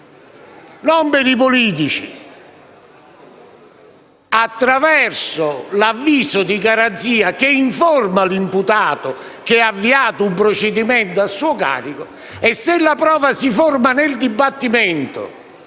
non per i politici. L'avviso di garanzia informa l'imputato che è stato avviato un procedimento a suo carico e se la prova si forma nel dibattimento,